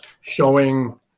showing